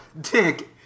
dick